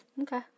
Okay